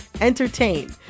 entertain